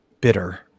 bitter